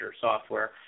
software